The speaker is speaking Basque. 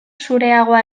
zureagoa